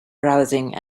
browsing